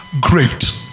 great